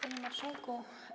Panie Marszałku!